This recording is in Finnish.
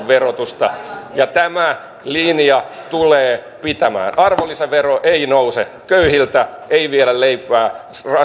verotusta ja tämä linja tulee pitämään arvonlisävero ei nouse köyhiltä ei viedä leipää